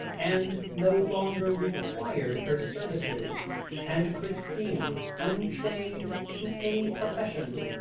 and no longer required her services and christina, untrained to any profession,